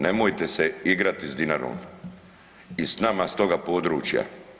Nemojte se igrati s Dinarom i s nama s toga područja.